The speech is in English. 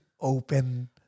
open